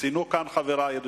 וציינו כאן חברי את